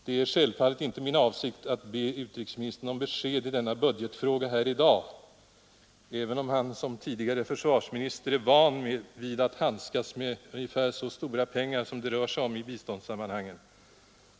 Det är självfallet inte min avsikt att i dag be utrikesministern om besked i denna budgetfråga, även om han som tidigare försvarsminister är van vid att handskas med ungefär så stora pengar som det rör sig om i biståndssammanhangen.